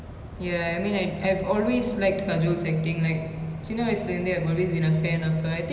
ya I mean I I have always liked kajol's acting like சின்ன வயசுல இருந்தே:sinna vayasula irunthe I've always been a fan of her I think